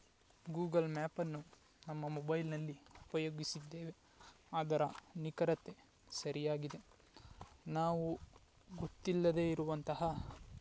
Google ಮ್ಯಾಪನ್ನು ನಮ್ಮ ಮೊಬೈಲ್ನಲ್ಲಿ ಉಪಯೋಗಿಸಿದ್ದೇವೆ ಅದರ ನಿಖರತೆ ಸರಿಯಾಗಿದೆ ನಾವು ಗೊತ್ತಿಲ್ಲದೇ ಇರುವಂತಹ